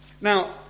Now